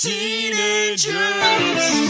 Teenagers